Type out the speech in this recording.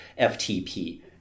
FTP